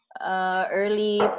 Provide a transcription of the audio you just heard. early